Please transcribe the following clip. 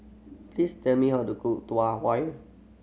please tell me how to cook Tau Huay